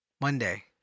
Monday